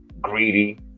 greedy